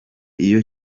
iyo